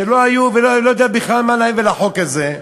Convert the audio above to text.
שלא היו, ואני לא יודע בכלל מה להם ולחוק הזה,